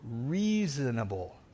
reasonable